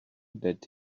that